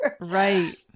Right